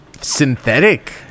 synthetic